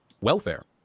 Welfare